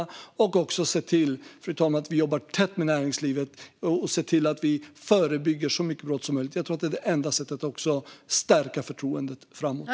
Vi måste också, fru talman, jobba tätt med näringslivet och förebygga så många brott som möjligt. Jag tror att det är de enda sätten att stärka förtroendet framöver.